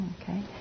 okay